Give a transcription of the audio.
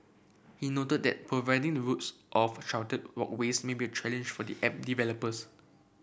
he noted that providing the routes of sheltered walkways may be a challenge for the app developers